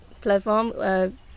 platform